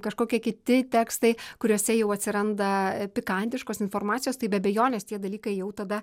kažkokie kiti tekstai kuriuose jau atsiranda pikantiškos informacijos tai be abejonės tie dalykai jau tada